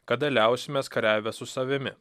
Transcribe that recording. kada liausimės kariavę su savimi